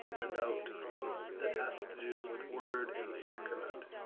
a note that has to do with word and sacrament.